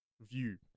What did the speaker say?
view